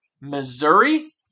Missouri